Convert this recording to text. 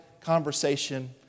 conversation